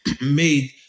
made